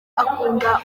akunda